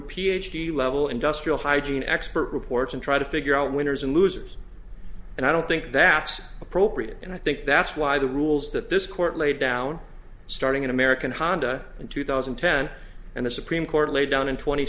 ph d level industrial hygiene expert reports and try to figure out winners and losers and i don't think that's appropriate and i think that's why the rules that this court laid down starting in american honda in two thousand and ten and the supreme court laid down in tw